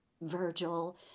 Virgil